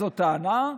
זאת טענה,